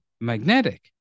magnetic